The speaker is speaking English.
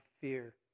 fear